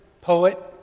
poet